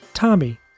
Tommy